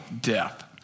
death